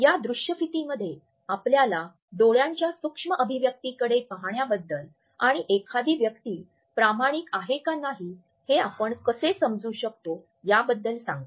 या दृश्यफितीमध्ये आपल्याला डोळ्यांच्या सूक्ष्म अभिव्यक्तीकडे पाहण्याबद्दल आणि एखादी व्यक्ती प्रामाणिक आहे की नाही हे आपण कसे समजू शकतो याबद्दल सांगते